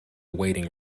waiting